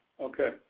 Okay